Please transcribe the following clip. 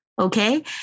Okay